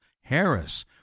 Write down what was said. Harris